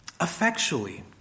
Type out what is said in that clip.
effectually